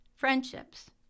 friendships